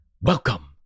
Welcome